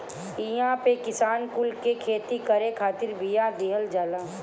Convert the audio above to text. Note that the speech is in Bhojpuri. इहां पे किसान कुल के खेती करे खातिर बिया दिहल जाला